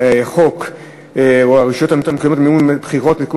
חוק הרשויות המקומיות (מימון בחירות) (תיקון